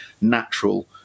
natural